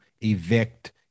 evict